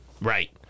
Right